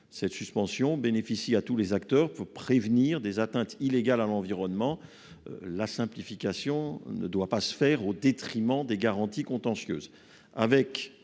Cette mesure, qui bénéficie à tous les acteurs, permet de prévenir des atteintes illégales à l'environnement : la simplification ne doit pas être menée au détriment des garanties contentieuses.